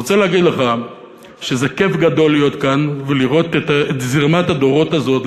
אני רוצה להגיד לך שזה כיף גדול להיות כאן ולראות את זרמת הדורות הזאת,